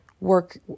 work